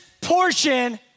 portion